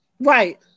Right